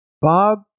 Bob